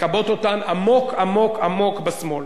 מקבעות אותן עמוק עמוק עמוק בשמאל.